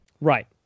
Right